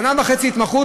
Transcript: שנה וחצי התמחות,